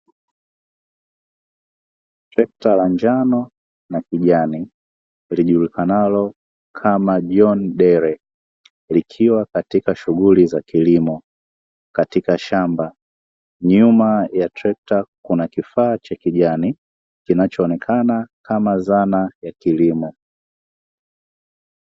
Trekta la njano na kijani lijulikanalo kama " John dere" likiwa katika shughuli za kilimo katika shamba, nyuma ya trekta kuna kifaa cha kijani kinachoonekana kama dhana ya kilimo.